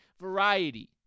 Variety